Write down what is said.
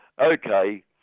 Okay